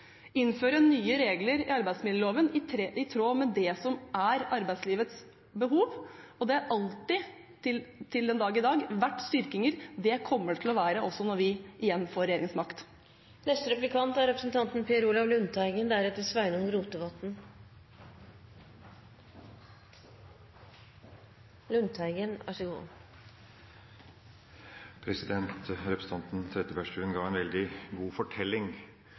innføre nye regler i arbeidsmiljøloven i tråd med det som er arbeidslivets behov, slik vi alltid har gjort. Det har alltid, til den dag i dag, vært en styrking. Det kommer det også til å være når vi igjen får regjeringsmakt. Representanten Trettebergstuen ga en veldig god fortelling